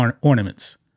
ornaments